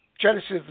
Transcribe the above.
Genesis